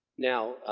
now,